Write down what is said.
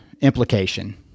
implication